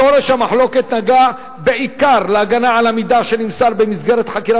שורש המחלוקת נגע בעיקר להגנה על המידע שנמסר במסגרת חקירה